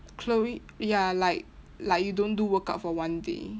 chloe ya like like you don't do workout for one day